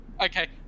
Okay